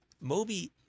Moby